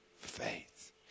faith